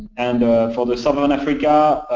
and for the southern africa,